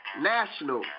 national